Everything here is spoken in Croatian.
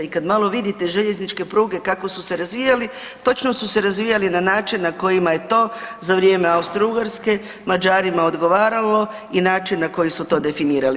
I kada malo vidite željezničke pruge kako su se razvijali, točno su se razvijali na način na kojima je to za vrijeme Austro-Ugarske Mađarima odgovaralo i načina na koji su to definirali.